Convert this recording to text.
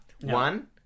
One